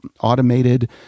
automated